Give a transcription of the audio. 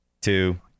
two